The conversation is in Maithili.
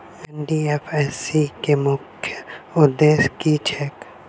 एन.डी.एफ.एस.सी केँ मुख्य उद्देश्य की छैक?